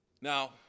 Now